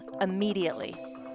immediately